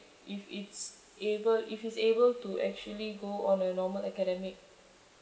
if it's able if he's able to actually go on a normal academic